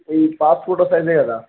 ఈ pass photo size కదా